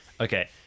Okay